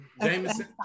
Jameson